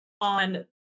on